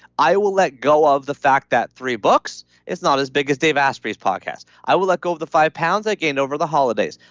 i will let go of the fact that three books is not as big as dave asprey's podcast. i will let go over the five pounds i gained over the holidays.